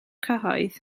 cyhoedd